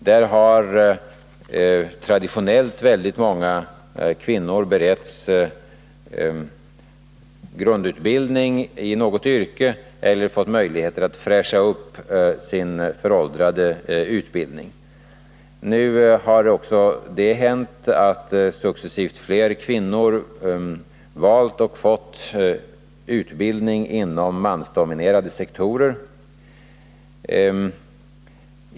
Där har traditionellt många kvinnor beretts grundutbildning i något yrke eller fått möjligheter att fräscha upp sin föråldrade utbildning. Nu har också det hänt att successivt fler kvinnor valt och fått utbildning inom mansdominerade sektorer.